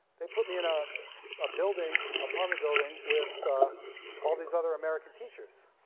they put me in a ah building, apartment building with all these other american teachers